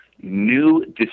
new